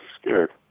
scared